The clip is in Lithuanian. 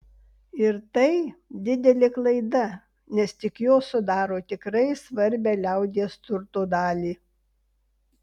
ir tai didelė klaida nes tik jos sudaro tikrai svarbią liaudies turto dalį